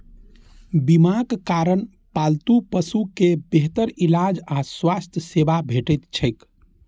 बीमाक कारण पालतू पशु कें बेहतर इलाज आ स्वास्थ्य सेवा भेटैत छैक